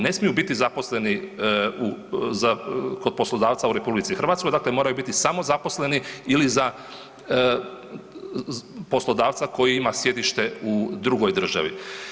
Ne smiju biti zaposleni u, za, kod poslodavca u RH dakle moraju biti samozaposleni ili za poslodavca koji ima sjedište u drugoj državi.